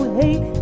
hate